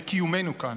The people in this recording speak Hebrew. לקיומנו כאן,